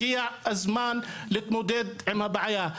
הגיע הזמן להתמודד עם הבעיה.